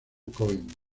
cohen